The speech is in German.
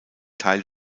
teil